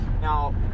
Now